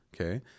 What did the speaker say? Okay